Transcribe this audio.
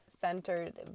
centered